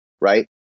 right